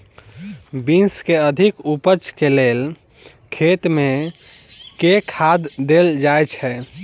Beans केँ अधिक उपज केँ लेल खेत मे केँ खाद देल जाए छैय?